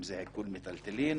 אם זה עיקול מיטלטלין,